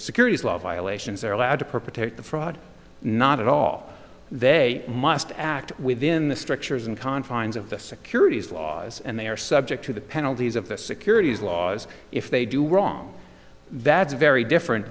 securities law violations are allowed to protect the fraud not at all they must act within the structures and confines of the securities laws and they are subject to the penalties of the securities laws if they do wrong that's very different